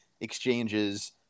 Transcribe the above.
exchanges